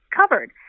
covered